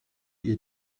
ihr